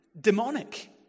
demonic